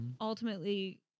ultimately